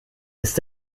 ist